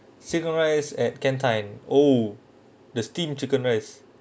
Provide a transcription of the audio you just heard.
chicken rice at cantine oh the steam chicken rice